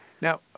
Now